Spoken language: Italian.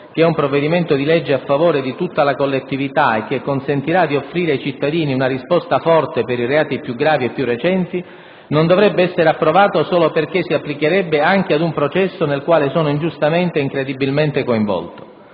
che è un provvedimento di legge a favore di tutta la collettività e che consentirà di offrire ai cittadini una risposta forte per i reati più gravi e più recenti, non dovrebbe essere approvato solo perché si applicherebbe anche ad un processo nel quale sono ingiustamente e incredibilmente coinvolto.